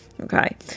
Okay